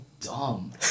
dumb